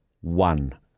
one